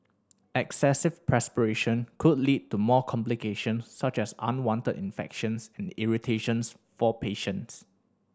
excessive perspiration could lead to more complications such as unwanted infections and irritations for patients